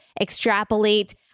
extrapolate